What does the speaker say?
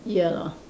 ya lah